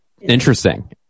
interesting